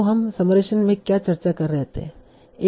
तो हम समराइजेशन में क्या चर्चा कर रहे थे